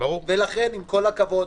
ולכן עם כל הכבוד,